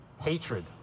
hatred